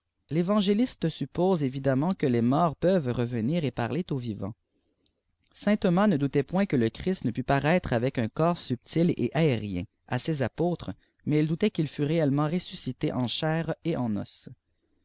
l'évangéliste suppose évidemment que les morts peuvent revenir et parler aux vivants saint thomas ne doutait point que le christ ne pût paraître avec un corps subtil et aérien à ses apôtres mais il doutait qu'il fût réellènaent ressuscité en ehair et eïi os